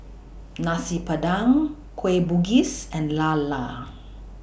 Nasi Padang Kueh Bugis and Lala